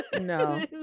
no